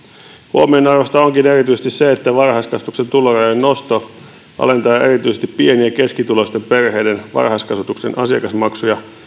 huomionarvoista onkin erityisesti se että varhaiskasvatuksen tulorajojen nosto alentaa erityisesti pieni ja keskituloisten perheiden varhaiskasvatuksen asiakasmaksuja